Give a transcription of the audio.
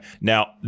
Now